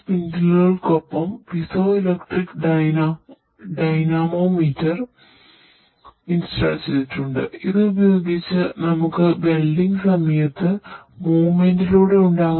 ഈ സ്പിൻഡിലുകൾക്കൊപ്പം ഉണ്ട്